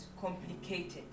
complicated